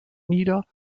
nieder